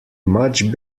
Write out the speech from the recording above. much